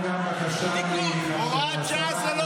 קיבלנו בקשה גם מהשרה אורית סטרוק,